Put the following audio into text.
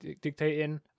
dictating